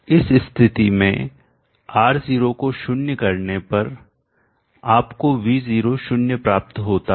इस स्थिति में R0 को शून्य करने पर आपको V0 शून्य प्राप्त होता है